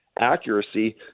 accuracy